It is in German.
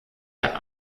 der